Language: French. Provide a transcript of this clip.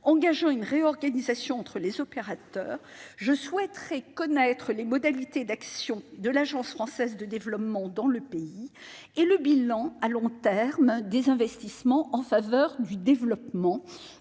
engageant une réorganisation entre les opérateurs, je souhaite connaître les modalités d'action de l'Agence française de développement (AFD) dans le pays et le bilan à long terme des investissements en faveur du développement,